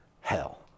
hell